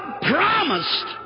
promised